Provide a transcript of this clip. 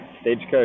stagecoach